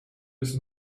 his